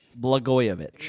Blagojevich